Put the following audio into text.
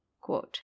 Quote